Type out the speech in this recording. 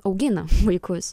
augina vaikus